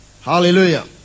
Hallelujah